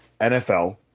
nfl